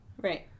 Right